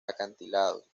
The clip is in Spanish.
acantilados